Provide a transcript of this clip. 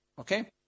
Okay